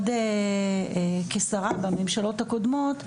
כשרה בממשלות הקודמות,